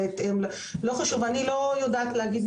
אני לא יודעת להגיד,